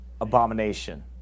abomination